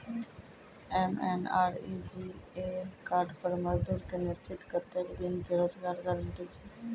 MNREGA card पर मजदुर के निश्चित कत्तेक दिन के रोजगार गारंटी छै?